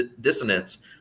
dissonance